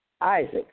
Isaac